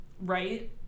Right